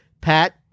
pat